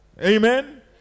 Amen